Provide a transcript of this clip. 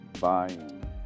buying